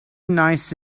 nice